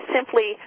simply